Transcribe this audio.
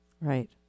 Right